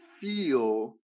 feel